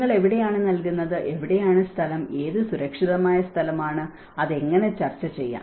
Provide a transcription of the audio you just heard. നിങ്ങൾ എവിടെയാണ് നൽകുന്നത് എവിടെയാണ് സ്ഥലം ഏത് സുരക്ഷിതമായ സ്ഥലമാണ് അത് എങ്ങനെ ചർച്ച ചെയ്യാം